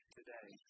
today